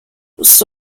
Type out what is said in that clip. دوست